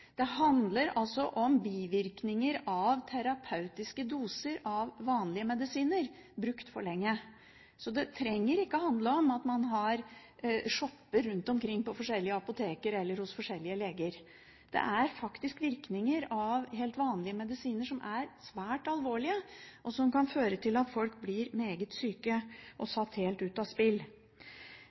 Det handler om bivirkninger av terapeutiske doser av vanlige medisiner brukt for lenge. Det trenger ikke handle om at man shopper rundt omkring på forskjellige apotek eller hos forskjellige leger. Det er faktisk virkninger av helt vanlige medisiner som er svært alvorlige, og som kan føre til at folk blir meget syke og satt helt ut av spill.